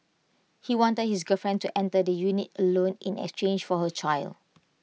he wanted his girlfriend to enter the unit alone in exchange for her child